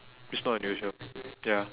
it's not unusual ya